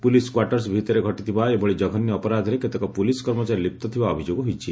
police quarters ଭିତରେ ଘଟିଥିବା ଏଭଳି ଜଘନ୍ୟ ଅପରାଧରେ କେତେକ ପୁଲିସ କର୍ମଚାରୀ ଲିପ୍ତ ଥିବା ଅଭିଯୋଗ ହୋଇଛି